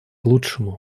лучшему